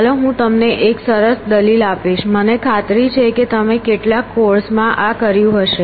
ચાલો હું તમને એક સરસ દલીલ આપીશ મને ખાતરી છે કે તમે કેટલાક કોર્સમાં આ કર્યું છે